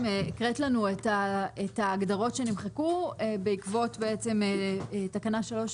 קראת את ההגדרות שנמחקו בעקבות תקנה 3,